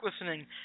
listening